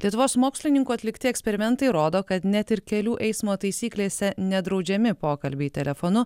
lietuvos mokslininkų atlikti eksperimentai rodo kad net ir kelių eismo taisyklėse nedraudžiami pokalbiai telefonu